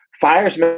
fires